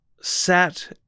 sat